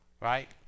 right